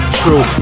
true